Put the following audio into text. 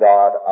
God